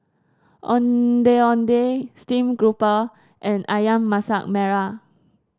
Ondeh Ondeh Steam Garoupa and ayam Masak Merah